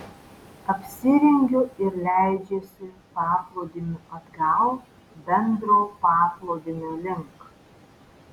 apsirengiu ir leidžiuosi paplūdimiu atgal bendro paplūdimio link